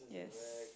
yes